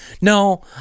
No